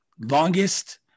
Longest